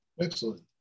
Excellent